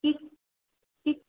ठीक ठीक